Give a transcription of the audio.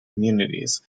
communities